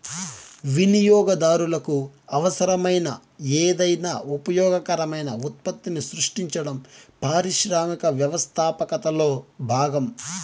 వినియోగదారులకు అవసరమైన ఏదైనా ఉపయోగకరమైన ఉత్పత్తిని సృష్టించడం పారిశ్రామిక వ్యవస్థాపకతలో భాగం